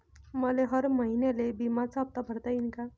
मले हर महिन्याले बिम्याचा हप्ता भरता येईन का?